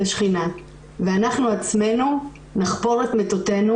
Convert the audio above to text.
לשכינה ואנחנו עצמנו נחפור את מיטותינו